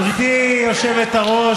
גברתי היושבת-ראש,